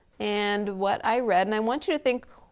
and what i read and i want you to think,